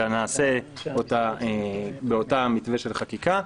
אלא נעשה אותה באותו מתווה של חקיקה.